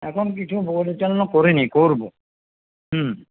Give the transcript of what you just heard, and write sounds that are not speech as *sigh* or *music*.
এখন কিছু *unintelligible* জন্য করিনি করব হুম